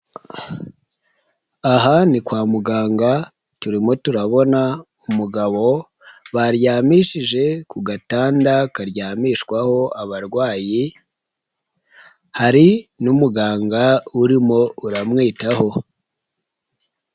Aha ni kwa muganga turimo turabona umugabo baryamishije ku gatanda karyamishwaho abarwayi hari n'umuganga urimo uramwitaho.